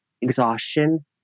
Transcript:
Exhaustion